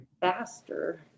faster